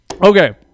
Okay